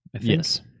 Yes